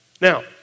Now